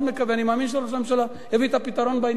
אני מאמין שראש הממשלה יביא את הפתרון בעניין הזה,